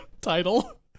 Title